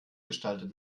gestaltet